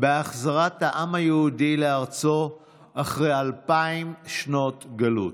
בהחזרת העם היהודי לארצו אחרי אלפיים שנות גלות.